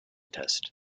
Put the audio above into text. test